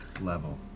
level